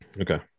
Okay